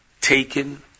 taken